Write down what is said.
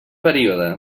període